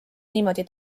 niimoodi